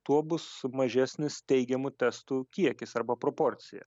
tuo bus mažesnis teigiamų testų kiekis arba proporcija